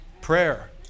Prayer